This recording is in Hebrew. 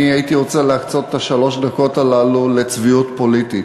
אני הייתי רוצה להקצות את שלוש הדקות האלה לצביעות פוליטית.